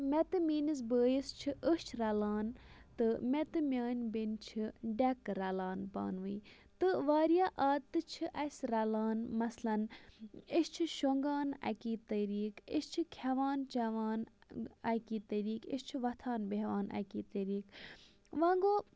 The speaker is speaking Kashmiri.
مےٚ تہٕ میٛٲنِس بٲیِس چھِ أچھ رَلان تہٕ مےٚ تہٕ میٛانہِ بیٚنہِ چھِ ڈیٚکہٕ رَلان پانہٕ وٲنۍ تہٕ واریاہ عادتہٕ چھِ اَسہِ رَلان مَثلاً أسۍ چھِ شۄنٛگان اَکی طریٖق أسۍ چھِ کھیٚوان چَوان اَکی طریٖقہٕ أسۍ چھِ وۅتھان بیٚہوان اَکی طریٖقہٕ وۅنۍ گوٚو